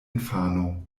infano